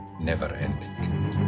never-ending